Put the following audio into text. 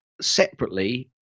separately